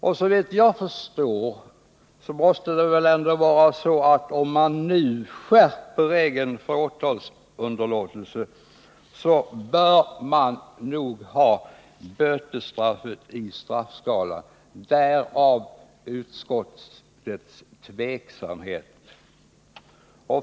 Såvitt jag förstår måste det väl ändå vara så att man, om man nu skärper regeln för åtalsunderlåtelse, bör ha kvar bötesstraffet i straffskalan — därav utskottets tveksamhet.